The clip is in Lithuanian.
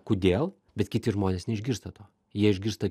kodėl bet kiti žmonės neišgirsta to jie išgirsta